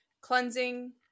Cleansing